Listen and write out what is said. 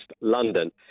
London